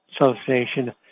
Association